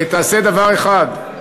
תעשה דבר אחד,